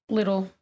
little